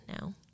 now